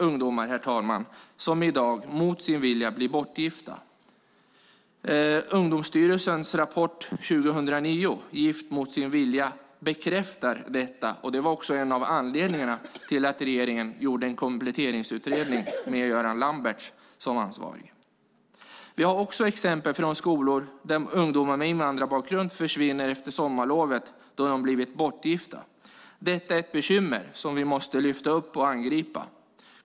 Det finns ungdomar som i dag blir bortgifta mot sin vilja. Ungdomsstyrelsens rapport 2009, Gift mot sin vilja , bekräftar detta. Det var också en av anledningarna till att regeringen tillsatte en kompletteringsutredning med Göran Lambertz som ansvarig. Det finns också exempel från skolor där ungdomar med invandrarbakgrund försvinner efter sommarlovet då de blivit bortgifta. Detta är ett bekymmer som vi måste lyfta upp och angripa.